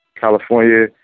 California